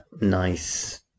nice